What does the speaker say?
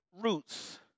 roots